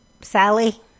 Sally